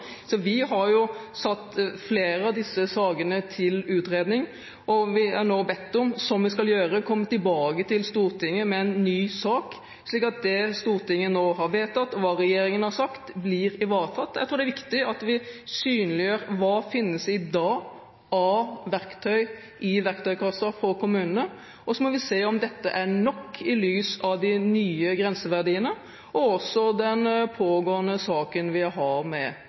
Flere av disse sakene er til utredning, og vi er nå bedt om – som vi skal gjøre – å komme tilbake til Stortinget med en ny sak, slik at det Stortinget nå har vedtatt, og hva regjeringen har sagt, blir ivaretatt. Jeg tror det er viktig at vi synliggjør hva som i dag finnes av verktøy i verktøykassen for kommunene. Så må vi se om dette er nok i lys av de nye grenseverdiene – og også for den pågående saken vi har med